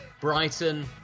Brighton